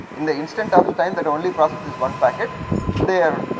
in the instant of time that only process this one packet there,